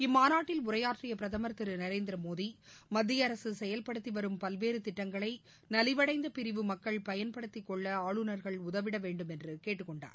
இம்மாநாட்டில் உரையாற்றிய பிரதமர் திரு நரேந்திர மோடி மத்திய அரசு செயல்படுத்திவரும் பல்வேறு திட்டங்களை நலிவடைந்த பிரிவு மக்கள் பயன்படுத்திக்கொள்ள அருநர்கள் உதவிடவேண்டும் என்று கேட்டுக்கொண்டார்